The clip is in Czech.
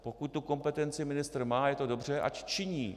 Pokud tu kompetenci ministr má, a je to dobře, ať činí.